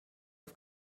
auf